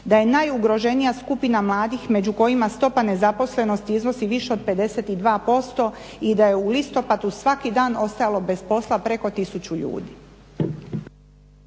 da je najugroženija skupina mladih među kojima stopa nezaposlenosti iznosi više od 52% i da je u listopadu svaki dan ostajalo bez posla preko 1000 ljudi.